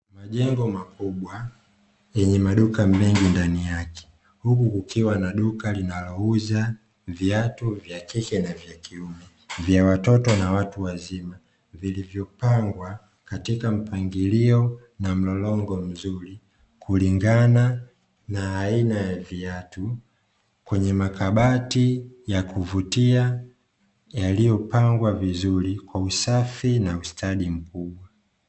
Majengo makubwa yenye maduka mengi ndani yake, huku kukiwa na duka linalouza viatu vya kike na vya kiume, vya watoto na watu wazima; vilivyopangwa katika mpangilio na mlolongo mzuri, kulingana na aina ya viatu, kwenye makabati ya kuvutia, yaliyopangwa vizuri kwa usafi na ustadi mkubwa.